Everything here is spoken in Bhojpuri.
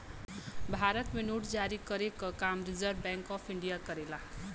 भारत में नोट जारी करे क काम रिज़र्व बैंक ऑफ़ इंडिया करेला